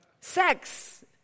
Sex